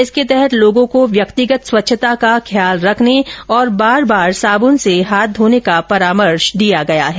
इसके तहत लोगों को व्यक्तिगत स्वच्छता का ख्याल रखने और बार बार साबुन से हाथ धोने का परामर्श दिया गया है